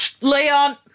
Leon